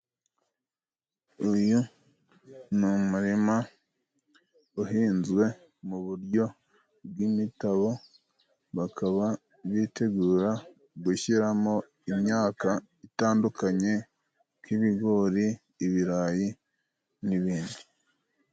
Uyu ni umurima uhinzwe mu buryo bw'imitabo bakaba bitegura gushyiramo imyaka itandukanye. Nk'ibigori, ibirayi n'ibindi.